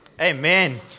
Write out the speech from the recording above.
Amen